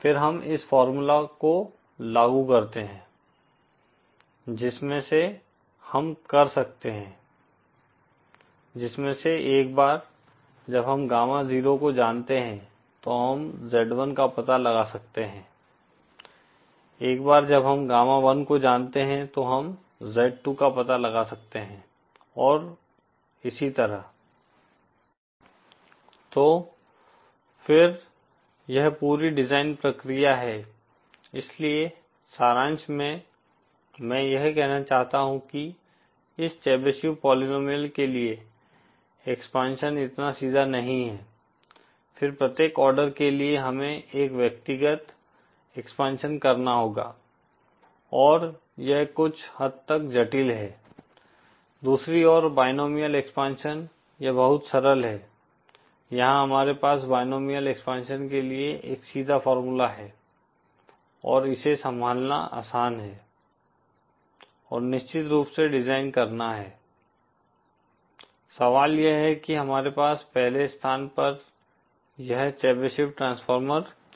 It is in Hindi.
फिर हम इस फार्मूला को लागू करते हैं जिसमें से हम कर सकते हैं जिसमें से एक बार जब हम गामा जीरो को जानते हैं तो हम Z1 का पता लगा सकते हैं एक बार जब हम गामा वन को जानते हैं तो हम Z2 का पता लगा सकते हैं और इसी तरह तो फिर यह पूरी डिजाइन प्रक्रिया है इसलिए सारांश में मैं यह कहना चाहता हूं कि इस चैबीशेव पोलीनोमिअल के लिए एक्सपेंशन इतना सीधा नहीं है फिर प्रत्येक आर्डर के लिए हमें एक व्यक्तिगत एक्सपेंशन करना होगा और यह कुछ हद तक जटिल है दूसरी ओर बायनोमिअल एक्सपेंशन यह बहुत सरल है यहाँ हमारे पास बायनोमिअल एक्सपेंशनके लिए एक सीधा फार्मूला है और इसे संभालना आसान है और निश्चित रूप से डिजाइन करना है तो सवाल यह है कि हमारे पास पहले स्थान पर यह चेबीशेव ट्रांसफार्मर क्यों है